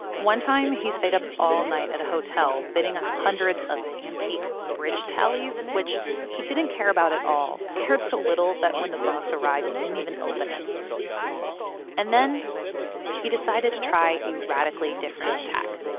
one time, he stayed up all night at a hotel, bidding on hundreds of antique bridge tallies, which he didn't care about at all cared so little that when the box arrived, he didn't even open it and then he decided to try a radically different tack.